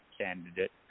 candidate